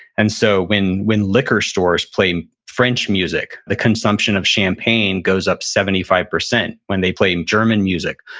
and so when when liquor stores play french music, the consumption of champagne goes up seventy five percent. when they play and german music,